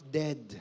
dead